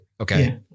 Okay